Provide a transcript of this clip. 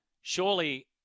surely